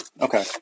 okay